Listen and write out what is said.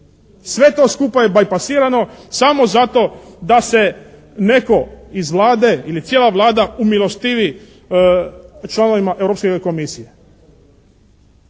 Sve to skupa je bajpasirano samo zato da se netko iz Vlade ili cijela Vlada umilostivi članovima Europske komisije.